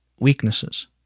weaknesses